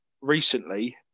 recently